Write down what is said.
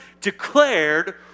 declared